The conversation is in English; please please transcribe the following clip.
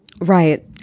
Right